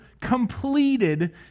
completed